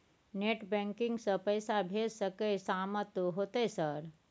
Net banking से पैसा भेज सके सामत होते सर?